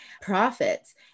profits